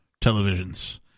televisions